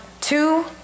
Two